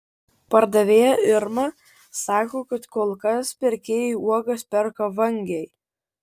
pardavėja irma sako kad kol kas pirkėjai uogas perka vangiai